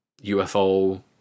UFO